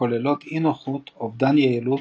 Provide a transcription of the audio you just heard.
כוללות אי נוחות, אובדן יעילות,